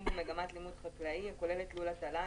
בו מגמת לימוד חקלאי הכוללת לול הטלה,